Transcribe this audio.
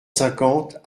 cinquante